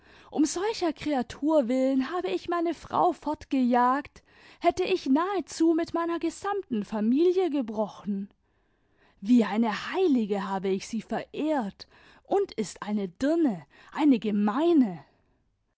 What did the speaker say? um solcher kreatur willen habe ich meine frau fortgejagt hätte ich nahezu mit meiner gesamten familie gebrochen wie eine heilige habe ich sie verehrt und ist eine dirne eine gemeine